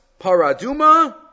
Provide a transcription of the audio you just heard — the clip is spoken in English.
paraduma